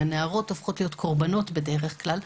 הנערות הופכות להיות קורבנות בדרך כלל,